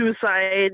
suicide